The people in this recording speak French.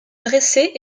dresser